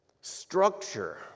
structure